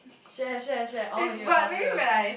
share share share I wanna hear wanna hear